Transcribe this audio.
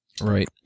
Right